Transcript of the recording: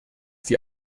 die